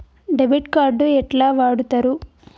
Debit card ఎట్లా వాడుతరు?